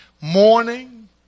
morning